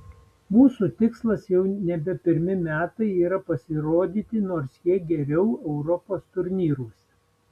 mūsų tikslas jau nebe pirmi metai yra pasirodyti nors kiek geriau europos turnyruose